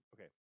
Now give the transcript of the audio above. Okay